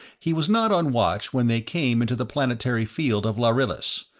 he was not on watch when they came into the planetary field of lharillis,